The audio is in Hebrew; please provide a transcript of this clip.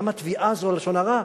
גם התביעה הזאת על לשון הרע,